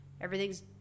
Everything's